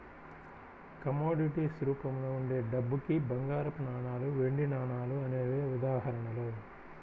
commodities రూపంలో ఉండే డబ్బుకి బంగారపు నాణాలు, వెండి నాణాలు అనేవే ఉదాహరణలు